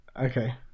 okay